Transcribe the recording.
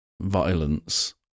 violence